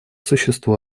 существу